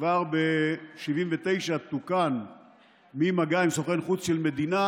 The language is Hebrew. וכבר ב-1979 הוא תוקן ממגע עם סוכן חוץ של מדינה